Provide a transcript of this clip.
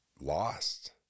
lost